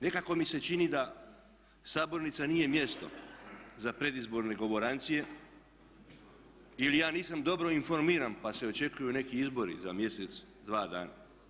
Nekako mi se čini da sabornica nije mjesto za predizborne govorancije ili ja nisam dobro informiran pa se očekuju neki izbori za mjesec, dva dana.